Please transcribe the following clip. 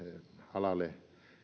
alalle